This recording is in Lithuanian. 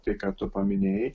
tai ką tu paminėjai